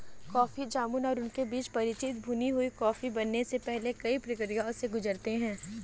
coffee जामुन और उनके बीज परिचित भुनी हुई कॉफी बनने से पहले कई प्रक्रियाओं से गुजरते हैं